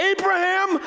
Abraham